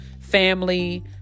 family